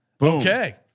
Okay